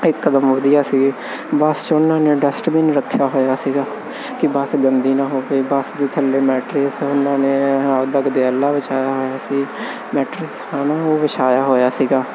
ਇਕਦਮ ਵਧੀਆ ਸੀ ਬਸ 'ਚ ਉਹਨਾਂ ਨੇ ਡਸਟਬੀਨ ਰੱਖਿਆ ਹੋਇਆ ਸੀਗਾ ਕਿ ਬਸ ਗੰਦੀ ਨਾ ਹੋਵੇ ਬਸ ਦੇ ਥੱਲੇ ਮੈਟਰਸ ਉਹਨਾਂ ਨੇ ਆਪਦਾ ਗਦਿਆਲਾ ਵਿਛਾਇਆ ਹੋਇਆ ਸੀ ਮੈਟਰਸ ਹੈ ਨਾ ਉਹ ਵਿਛਾਇਆ ਹੋਇਆ ਸੀਗਾ